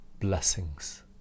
blessings